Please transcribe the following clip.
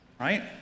right